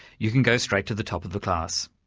you can go straight to the top of the class.